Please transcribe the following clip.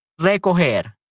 recoger